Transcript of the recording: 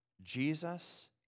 Jesus